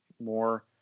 more